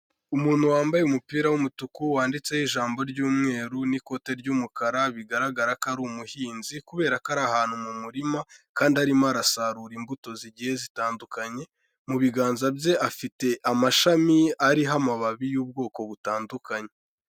Umuntu wambaye umupira w'umutuku wanditseho ijambo ry'umweru n'ikote ry'umukara, bigaragara ko ari umuhinzi, kubera ko ari ahantu mu murima, kandi arimo arasarura imbuto zigiye zitandukanye, mu biganza bye afite amashami ariho amababi y'ubwoko butandukanye.